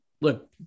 Look